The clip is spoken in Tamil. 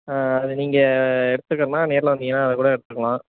அது நீங்கள் எடுத்துக்கிறதுன்னா நேரில் வந்திங்கன்னால் அதை கூட எடுத்துக்கலாம்